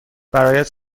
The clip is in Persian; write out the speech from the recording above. برایت